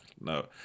No